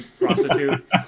prostitute